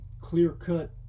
clear-cut